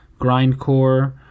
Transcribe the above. grindcore